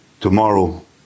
tomorrow